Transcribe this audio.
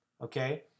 Okay